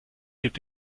gibt